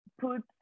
put